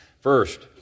First